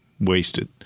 wasted